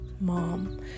mom